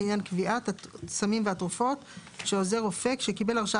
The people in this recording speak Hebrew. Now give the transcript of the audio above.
לעניין קביעת הסמים והתרופות שעוזר רופא שקיבל הרשאה